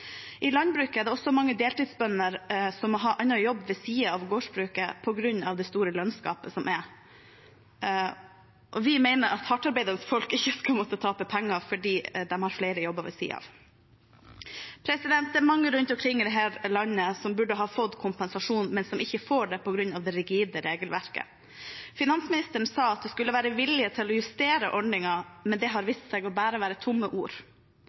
I landbruket er det mange deltidsbønder som må ha en jobb ved siden av gårdsbruket på grunn av det store lønnsgapet som er. Vi mener at hardtarbeidende folk ikke skal måtte tape penger fordi de har flere jobber ved siden av. Det er mange rundt omkring i dette landet som burde ha fått kompensasjon, men som ikke får det på grunn av det rigide regelverket. Finansministeren sa at de skulle være villige til å justere ordningen, men det har vist seg å være bare tomme ord.